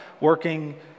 working